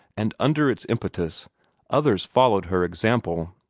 and under its impetus others followed her example.